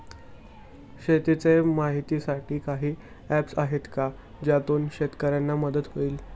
शेतीचे माहितीसाठी काही ऍप्स आहेत का ज्यातून शेतकऱ्यांना मदत होईल?